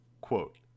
Quote